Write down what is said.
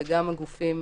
וגם הגופים